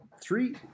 three